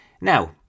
Now